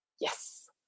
Yes